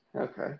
okay